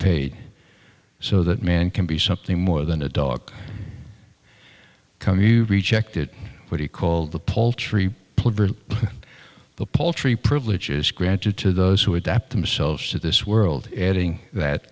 paid so that man can be something more than a dog come you rejected what he called the paltry the paltry privileges granted to those who adapt themselves to this world adding that